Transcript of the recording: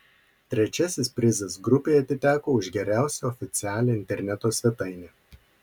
trečiasis prizas grupei atiteko už geriausią oficialią interneto svetainę